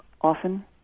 often